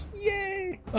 Yay